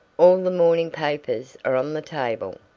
all the morning papers are on the table.